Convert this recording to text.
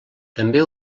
també